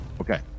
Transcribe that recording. Okay